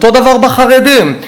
אותו הדבר אצל החרדים,